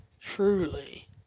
truly